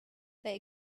they